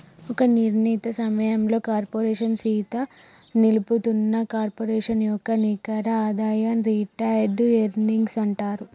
ఒక నిర్ణీత సమయంలో కార్పోరేషన్ సీత నిలుపుతున్న కార్పొరేషన్ యొక్క నికర ఆదాయం రిటైర్డ్ ఎర్నింగ్స్ అంటారు